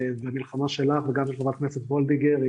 זאת מלחמה שלך וגם חברת הכנסת וולדיגר,